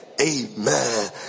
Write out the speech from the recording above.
Amen